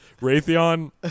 Raytheon